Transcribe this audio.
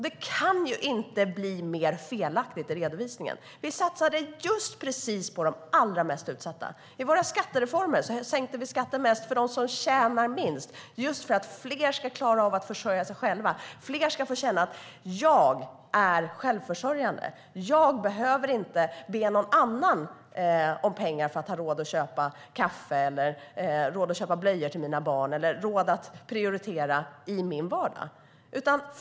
Det kan inte bli mer felaktigt i redovisningen! Vi satsade just precis på de allra mest utsatta. I våra skattereformer sänkte vi skatten mest för dem som tjänar minst, just för att fler ska klara av att försörja sig själva, att fler ska få känna: Jag är självförsörjande, jag behöver inte be någon annan om pengar för att ha råd att köpa kaffe eller blöjor till mina barn eller råd att prioritera i min vardag.